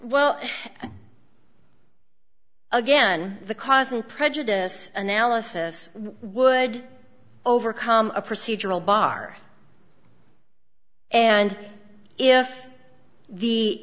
well again the cause and prejudice analysis would overcome a procedural bar and if the